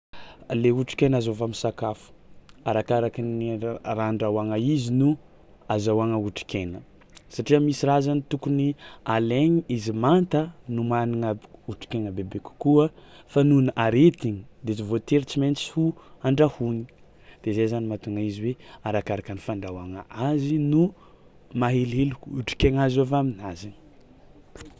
Le otrikaina azo avy am'sakafo arakaraka ra- raha andrahoagna izy no azahoagna otrikaina satria misy raha zany tokony alaigny izy manta no managna b- otrikaigna bebe kokoa fa nohon'ny aretigny de izy voatery tsy maintsy ho andrahony de zay zany mahatona izy hoe arakaraka ny fandrahoagna azy no mahahelihely otrikaigna azo avy aminazy.